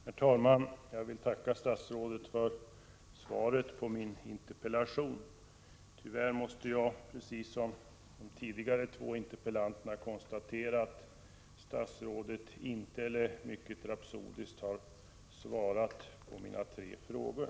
Herr talman! Jag vill tacka statsrådet för svaret på min interpellation. Tyvärr måste jag, precis som de tidigare två interpellanterna, konstatera att statsrådet mycket rapsodiskt har svarat på mina tre frågor.